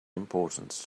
importance